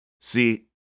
See